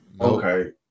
Okay